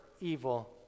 evil